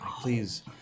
please